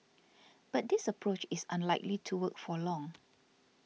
but this approach is unlikely to work for long